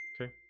okay